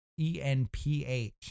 ENPH